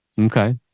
okay